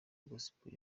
gospel